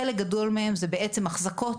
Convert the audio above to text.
חלק גדול מהם הן בעצם האחזקות,